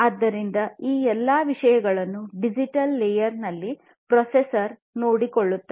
ಆದ್ದರಿಂದ ಈ ಎಲ್ಲ ವಿಷಯಗಳನ್ನು ಡಿಜಿಟಲ್ ಲೇಯರ್ನಲ್ಲಿ ಪ್ರೊಸೆಸರ್ ನೋಡಿಕೊಳ್ಳುತ್ತದೆ